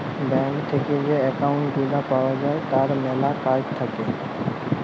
bank থেক্যে যে account গুলা পাওয়া যায় তার ম্যালা কার্ড থাক্যে